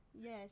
yes